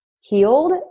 healed